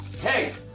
Hey